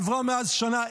עברה מאז שנה.